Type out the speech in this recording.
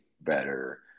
better